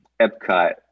epcot